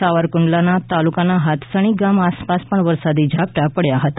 સાવરકુંડલા તાલુકાના હાથસણી ગામ આસપાસ પણ વરસાદી ઝાપટા પડ્યા હતા